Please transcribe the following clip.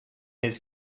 his